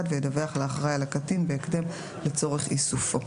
וידווח לאחראי על הקטין בהקדם לצורך איסופו".